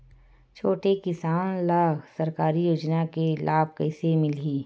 छोटे किसान ला सरकारी योजना के लाभ कइसे मिलही?